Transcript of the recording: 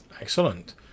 Excellent